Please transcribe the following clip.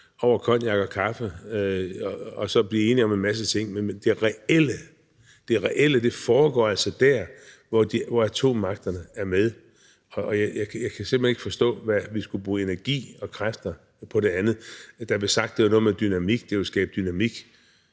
over cognac og kaffe og så blive enige om en masse ting, men det reelle foregår altså der, hvor atommagterne er med. Men jeg kan simpelt hen ikke forstå, hvorfor vi skulle bruge energi og kræfter på det andet. Der blev sagt, at det var noget med dynamik; at det ville skabe dynamik.